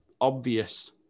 obvious